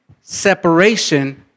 separation